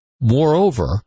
Moreover